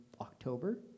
October